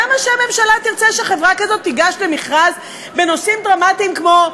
למה שהממשלה תרצה שחברה כזאת תיגש למכרז בנושאים דרמטיים כמו,